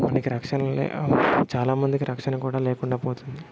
మనకి రక్షణ లే చాలామందికి రక్షణ కూడా లేకుండా కూడా పోతుంది